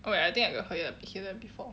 wait I think I got hear hear before